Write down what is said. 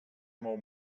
mou